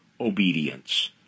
obedience